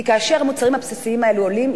כי כאשר מחיריהם של המוצרים הבסיסיים האלה עולים,